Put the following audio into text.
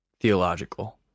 theological